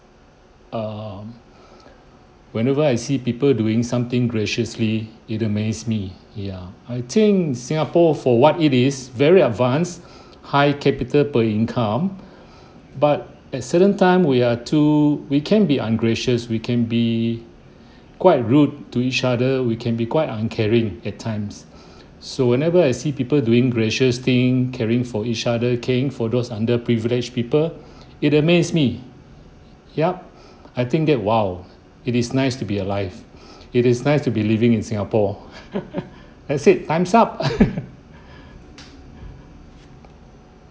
um whenever I see people doing something graciously it amaze me ya I think singapore for what it is very advanced high capita per income but at certain time we are too we can be ungracious we can be quite rude to each other we can be quite uncaring at times so whenever I see people doing gracious thing caring for each other caring for those underprivileged people it amaze me yup I think that !wow! it is nice to be alive it is nice to be living in singapore that’s it time’s up